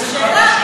אז השאלה,